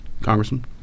Congressman